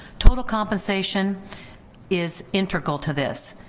total compensation is integral to this,